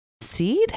seed